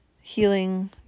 healing